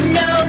no